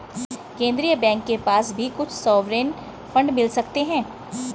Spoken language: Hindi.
केन्द्रीय बैंक के पास भी कुछ सॉवरेन फंड मिल सकते हैं